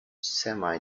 semi